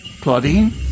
Claudine